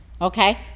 okay